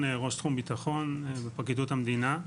אני ראש תחום ביטחון בפרקליטות המדינה.